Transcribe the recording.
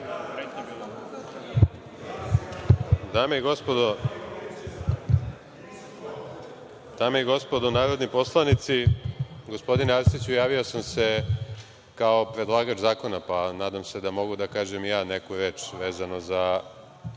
Dame i gospodo narodni poslanici, gospodine Arsiću, javio sam se kao predlagač zakona, pa nadam se da mogu da kažem i ja neku reč vezano za